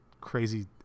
crazy